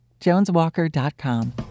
JonesWalker.com